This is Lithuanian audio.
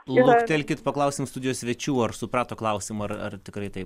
luktelkit paklausim studijos svečių ar suprato klausimą ar ar tikrai taip